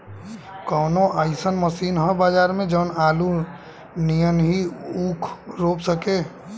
कवनो अइसन मशीन ह बजार में जवन आलू नियनही ऊख रोप सके?